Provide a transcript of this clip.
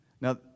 Now